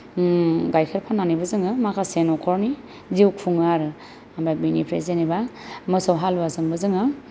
गाइखेर फाननानैबो जोङो माखासे न'खरनि जिउ खुङो आरो ओमफ्राय बेनिफ्राय जेनेबा मोसौ हालुवाजोंबो जोङो